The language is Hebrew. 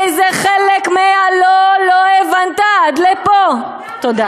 איזה חלק מה'לא' לא הבנת עד לפה?" תודה.